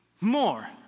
more